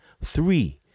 Three